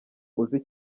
uzi